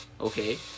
Okay